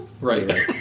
right